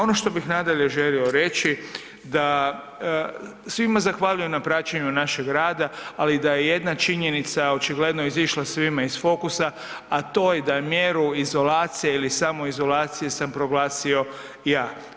Ono što bih nadalje želio reći, da, svima zahvalio na praćenju našega rada, ali i da je jedna činjenica očigledno izišla svima iz fokusa, a to je da je mjeru izolacije ili samoizolacije sam proglasio ja.